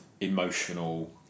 emotional